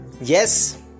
yes